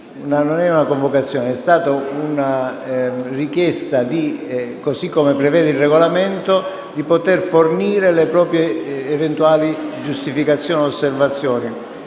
stata una convocazione. È stata una richiesta, così come prevede il Regolamento, di poter fornire le proprie eventuali giustificazioni e osservazioni.